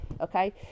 okay